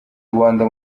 rwanda